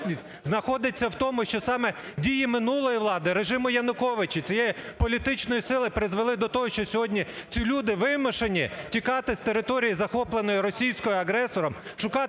знаходиться в тому, що саме дії минулої влади режиму Януковича, цієї політичної сили призвели до того, що сьогодні ці люди вимушені тікати з території, захопленої російським агресором,